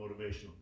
motivational